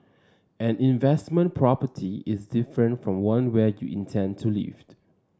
an investment property is different from one where you intend to lived